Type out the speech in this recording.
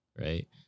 right